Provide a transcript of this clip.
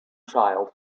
child